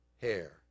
hair